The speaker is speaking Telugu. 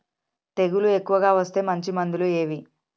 తెగులు ఎక్కువగా వస్తే మంచి మందులు ఏవి?